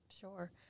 Sure